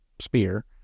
spear